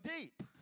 deep